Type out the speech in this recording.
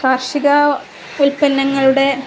കാർഷികോൽപ്പന്നങ്ങളുടെ